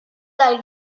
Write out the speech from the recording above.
dal